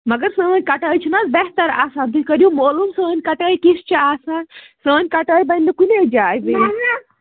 مگر سٲنۍ کَٹٲے چھِنہٕ حظ بہتَر آسان تُہۍ کٔرِو معلوٗم سٲنۍ کَٹٲے کِژھِ چھِ آسان سٲنۍ کَٹٲے بنٛنہِ کُنے جایہِ